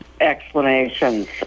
explanations